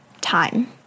time